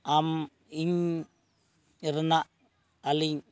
ᱟᱢ ᱤᱧ ᱨᱮᱱᱟᱜ ᱟᱹᱞᱤᱧ